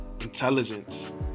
Intelligence